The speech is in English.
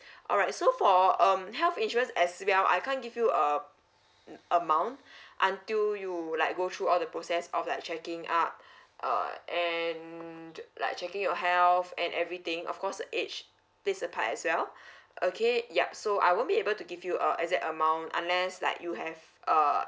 alright so for um health insurance as well I can't give you uh mm amount until you like go through all the process of like checking up uh and like checking your health and everything of course age plays a part as well okay yup so I won't be able to give you a exact amount unless like you have err